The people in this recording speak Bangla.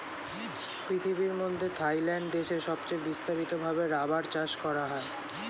পৃথিবীর মধ্যে থাইল্যান্ড দেশে সবচে বিস্তারিত ভাবে রাবার চাষ করা হয়